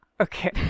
Okay